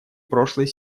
прошлой